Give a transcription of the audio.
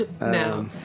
No